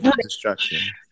Destruction